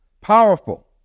powerful